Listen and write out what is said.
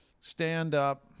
stand-up